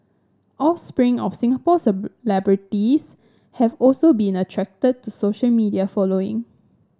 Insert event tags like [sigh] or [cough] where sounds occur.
offspring of Singapore [unintelligible] have also been attracted to social media following